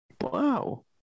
Wow